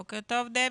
בוקר טוב, דבי.